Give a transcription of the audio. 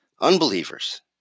unbelievers